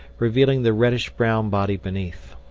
revealing the reddish-brown body beneath.